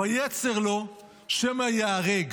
ויצר לו, שמא ייהרג.